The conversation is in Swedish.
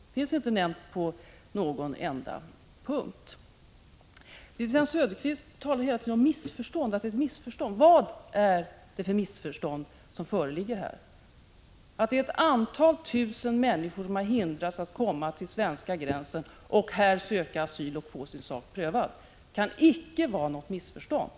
Det finns inte nämnt på någon enda punkt i reservationen. Wivi-Anne Cederqvist talar hela tiden om missförstånd. Vad är det för missförstånd som föreligger här? Att ett antal tusen människor har hindrats att komma till den svenska gränsen och söka asyl i Sverige och att här få sin sak prövad kan icke vara något missförstånd.